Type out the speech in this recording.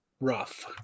rough